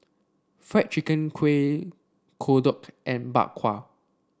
Fried Chicken Kueh Kodok and Bak Kwa